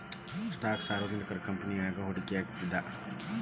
stock ಸಾರ್ವಜನಿಕ ಕಂಪನಿಯಾಗ ಹೂಡಿಕೆಯಾಗಿರ್ತದ